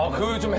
um who is i mean